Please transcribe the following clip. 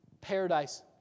paradise